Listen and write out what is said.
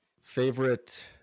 Favorite